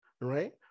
right